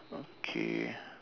okay